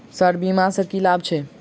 Sir बीमा सँ की लाभ छैय?